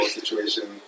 situation